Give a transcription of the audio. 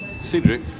Cedric